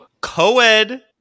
Co-ed